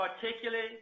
particularly